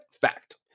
fact